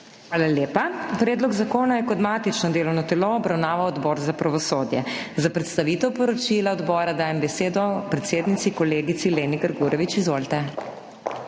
Hvala lepa. Predlog zakona je kot matično delovno telo obravnaval Odbor za pravosodje. Za predstavitev poročila odbora dajem besedo predsednici kolegici Leni Grgurevič. Izvolite.